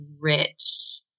rich